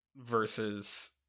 versus